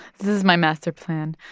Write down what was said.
this is my master plan